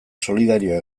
solidarioa